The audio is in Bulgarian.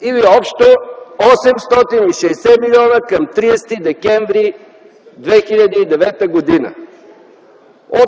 или общо 860 милиона към 30 декември 2009 г.